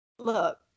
look